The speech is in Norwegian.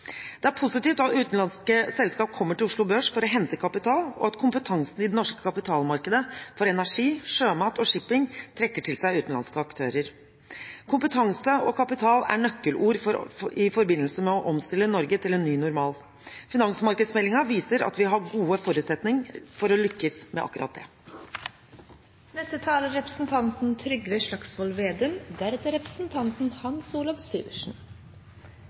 Det er positivt at utenlandske selskaper kommer til Oslo Børs for å hente kapital, og at kompetansen i det norske kapitalmarkedet for energi, sjømat og shipping trekker til seg utenlandske aktører. Kompetanse og kapital er nøkkelord i forbindelse med å omstille Norge til en ny normal. Finansmarkedsmeldingen viser at vi har gode forutsetninger for å lykkes med akkurat det. Norges Bank er